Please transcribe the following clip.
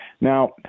now